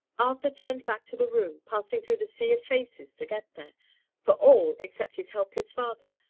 arthur turned back to the room, passing through the sea of faces to get there for all except his helpless father,